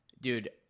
Dude